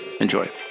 Enjoy